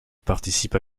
participe